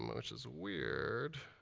um which is weird.